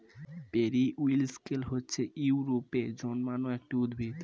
periwinkle হচ্ছে ইউরোপে জন্মানো একটি উদ্ভিদ